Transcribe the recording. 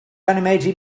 animated